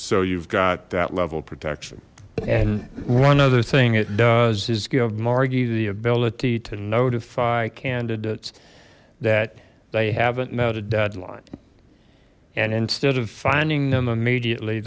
so you've got that level protection and one other thing it does is give margie the ability to notify candidates that they haven't met a deadline and instead of finding them immediately